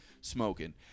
smoking